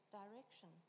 direction